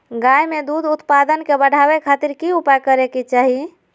गाय में दूध उत्पादन के बढ़ावे खातिर की उपाय करें कि चाही?